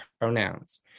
pronouns